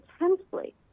intensely